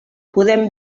podent